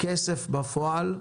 כסף בפועל,